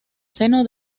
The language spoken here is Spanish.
seno